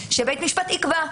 שבית משפט יקבע.